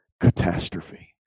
catastrophe